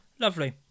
Lovely